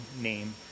name